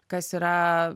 kas yra